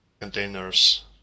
containers